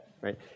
right